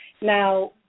Now